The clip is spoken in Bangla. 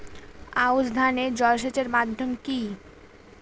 আউশ ধান এ জলসেচের মাধ্যম কি?